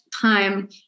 time